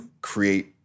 create